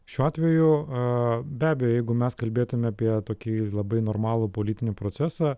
šiuo atveju a be abejo jeigu mes kalbėtume apie tokį labai normalų politinį procesą